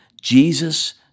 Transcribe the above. Jesus